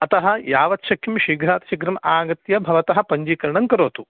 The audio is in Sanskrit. अतः यावत् शक्यं शीघ्रातिशीघ्रम् आगत्य भवतः पञ्जीकरणं करोतु